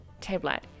tablet